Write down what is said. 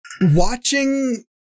watching